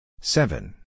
seven